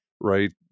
right